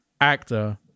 actor